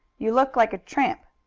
you look like a tramp.